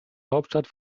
hauptstadt